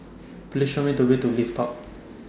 Please Show Me The Way to Leith Park